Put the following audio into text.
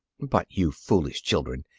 but, you foolish children,